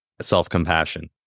self-compassion